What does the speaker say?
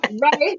Right